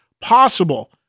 possible